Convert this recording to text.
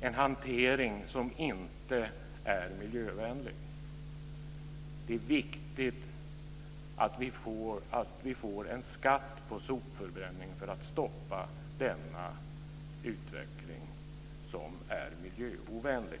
en hantering som inte är miljövänlig. Det är viktigt att vi får en skatt på sopförbränning för att stoppa denna utveckling, som är miljöovänlig.